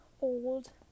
old